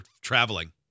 traveling